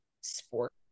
sport